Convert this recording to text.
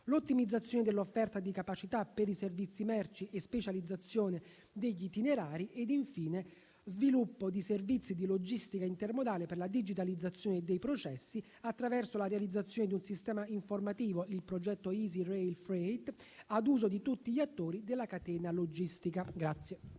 l'ottimizzazione dell'offerta di capacità per i servizi merci e specializzazione degli itinerari ed infine sviluppo di servizi di logistica intermodale per la digitalizzazione dei processi, attraverso la realizzazione di un sistema informativo, il progetto "*Easy rail freight"*, ad uso di tutti gli attori della catena logistica.